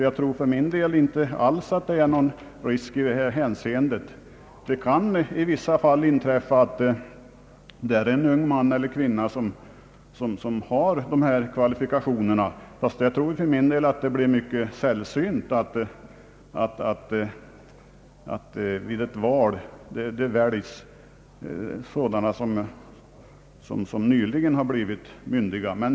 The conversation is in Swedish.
Jag tror inte att det finns någon risk i detta hänseende. Det kan i vissa fall in träffa att en ung man eller kvinna anses ha de nödiga kvalifikationerna, men jag tror att det kommer att bli sällsynt att man väljer en person som nyligen blivit myndig.